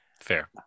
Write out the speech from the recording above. fair